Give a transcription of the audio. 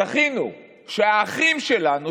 זכינו שהאחים שלנו,